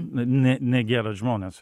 n ne negeri žmones